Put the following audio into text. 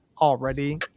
already